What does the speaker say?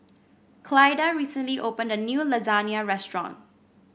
Clyda recently opened a new Lasagne Restaurant